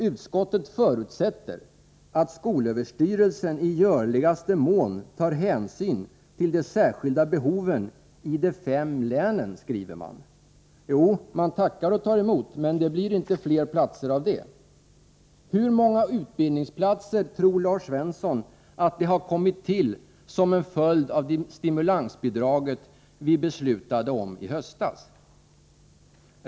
Utskottet förutsätter att skolöverstyrelsen i görligaste mån tar hänsyn till de särskilda behoven i de fem länen, skriver man. Jo, vi tackar och tar emot, men det blir inte flera platser av detta. Hur många utbildningsplatser tror Lars Svensson har kommit till såsom en följd av de stimulansbidrag som vi beslöt om i höstas?